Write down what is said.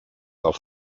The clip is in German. auf